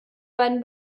beiden